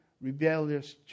rebellious